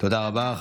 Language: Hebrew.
תודה רבה.